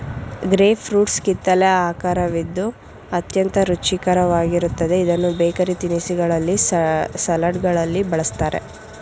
grape fruits ಕಿತ್ತಲೆ ಆಕರವಿದ್ದು ಅತ್ಯಂತ ರುಚಿಕರವಾಗಿರುತ್ತದೆ ಇದನ್ನು ಬೇಕರಿ ತಿನಿಸುಗಳಲ್ಲಿ, ಸಲಡ್ಗಳಲ್ಲಿ ಬಳ್ಸತ್ತರೆ